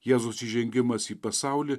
jėzaus įžengimas į pasaulį